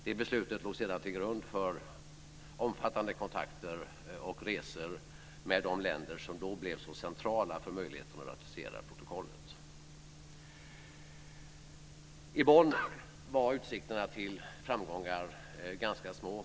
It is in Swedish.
Det beslutet låg sedan till grund för omfattande kontakter och resor mellan de länder som då blev så centrala för möjligheten att ratificera protokollet. I Bonn var utsikterna till framgångar ganska små.